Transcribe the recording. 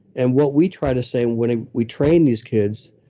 and what we try to say when ah we train these kids,